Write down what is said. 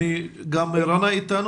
נמצאת איתנו גם רנא,